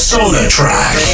SolarTrack